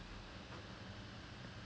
chris okay